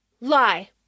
lie